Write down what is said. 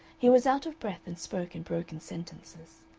he was out of breath, and spoke in broken sentences.